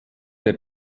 der